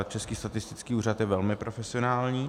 Český statistický úřad je velmi profesionální.